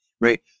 Right